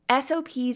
SOPs